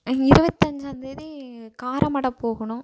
இருபத்தஞ்சாந்தேதி காரமடை போகணும்